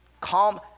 calm